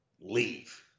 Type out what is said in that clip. Leave